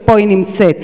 שפה היא נמצאת.